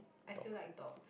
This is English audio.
I still like dog